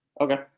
Okay